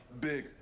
big